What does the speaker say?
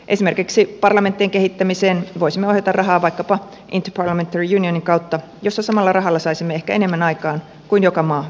esimerkiksi parlamenttien kehittämiseen voisimme ohjata rahaa vaikkapa inter parliamentary unionin kautta jossa samalla rahalla saisimme ehkä enemmän aikaan kuin joka maa yksin tehden